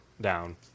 down